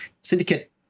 Syndicate